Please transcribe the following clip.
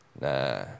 Nah